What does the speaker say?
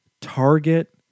Target